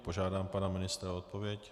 Požádám pana ministra o odpověď.